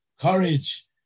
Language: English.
courage